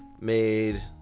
Made